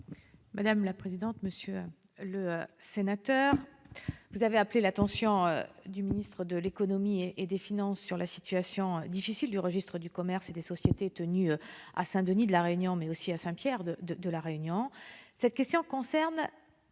des outre-mer. Monsieur le sénateur, vous avez appelé l'attention du ministre de l'économie et des finances sur la situation difficile des registres du commerce et des sociétés tenus à Saint-Denis de la Réunion et à Saint-Pierre de la Réunion. Cette question concerne